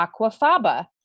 aquafaba